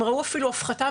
הם ראו אפילו הפחתה,